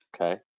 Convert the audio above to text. Okay